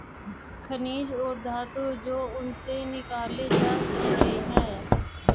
खनिज और धातु जो उनसे निकाले जा सकते हैं